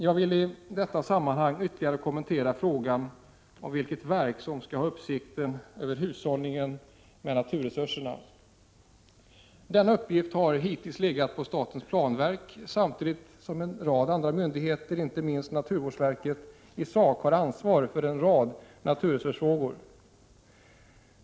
Jag vill i detta sammanhang ytterligare kommentera frågan om vilket verk som skall ha uppsikt över hushållning med naturresurser. Denna uppgift har hittills legat på statens planverk, samtidigt som en rad andra myndigheter, inte minst naturvårdsverket, i sak har ansvar för en rad naturresursfrågor.